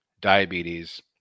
diabetes